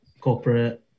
corporate